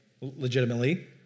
legitimately